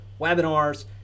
webinars